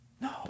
No